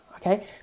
okay